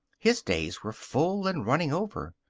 his days were full and running over.